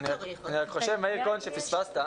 אני רק חושב, מאיר כהן, שפספסת.